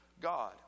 God